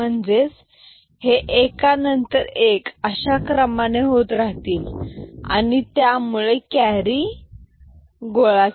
म्हणजेच हे एका नंतर एक अशा क्रमाने होत राहील आणि त्यामुळे कॅरी गोळा होईल